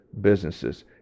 businesses